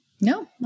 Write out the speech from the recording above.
No